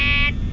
and ow,